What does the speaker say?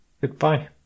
Goodbye